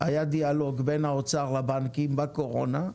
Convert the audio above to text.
היה דיאלוג בין האוצר לבנקים בקורונה,